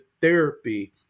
therapy